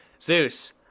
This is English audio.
Zeus